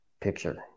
picture